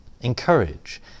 encourage